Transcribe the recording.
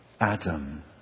Adam